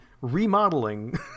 remodeling